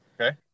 Okay